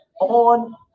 on